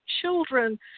children